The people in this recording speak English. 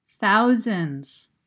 thousands